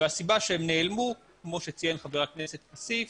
הסיבה שהם נעלמו, כמו שציין חבר הכנסת כסיף,